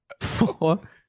four